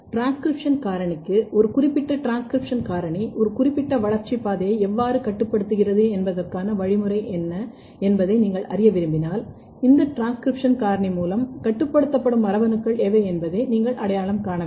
transcription காரணிக்கு ஒரு குறிப்பிட்ட டிரான்ஸ்கிரிப்ஷன் காரணி ஒரு குறிப்பிட்ட வளர்ச்சி பாதையை எவ்வாறு கட்டுப்படுத்துகிறது என்பதற்கான வழிமுறை என்ன என்பதை நீங்கள் அறிய விரும்பினால் இந்த டிரான்ஸ்கிரிப்ஷன் காரணி மூலம் கட்டுப்படுத்தப்படும் மரபணுக்கள் எவை என்பதை நீங்கள் அடையாளம் காண வேண்டும்